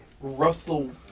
Russell